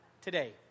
today